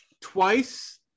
twice